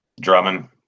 drummond